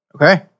Okay